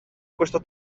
questo